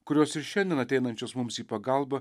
kurios ir šiandien ateinančios mums į pagalbą